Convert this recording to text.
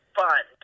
fun